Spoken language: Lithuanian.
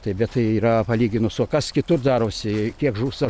taip bet tai yra palyginus o kas kitur darosi kiek žūsta